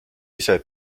ise